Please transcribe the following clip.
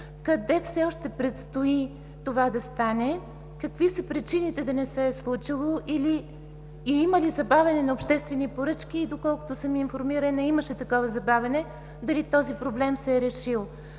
Къде все още предстои това да стане? Какви са причините да не се е случило и има ли забавяне на обществени поръчки? Доколкото съм информирана, имаше такова забавяне, дали този проблем се е решил?